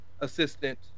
assistant